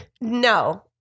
no